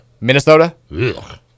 minnesota